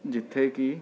ਜਿੱਥੇ ਕਿ